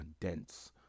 condense